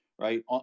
right